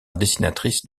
dessinatrice